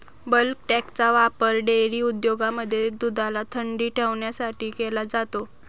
bulk टँकचा वापर dairy उद्योगांमध्ये दुधाला थंडी ठेवण्यासाठी केला जातो